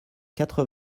quatre